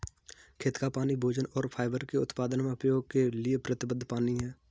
खेत का पानी भोजन और फाइबर के उत्पादन में उपयोग के लिए प्रतिबद्ध पानी है